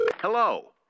Hello